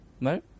No